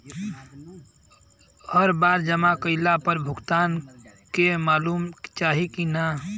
ऋण चुकौती के पैसा हर बार जमा कईला पर भुगतान के मालूम चाही की ना?